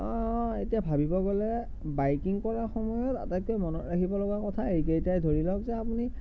অঁ এতিয়া ভাবিব গ'লে বাইকিং কৰা সময়ত আটাইতকৈ মনত ৰাখিব লগা কথা এইকেইটাই ধৰি লওক যে আপুনি